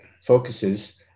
focuses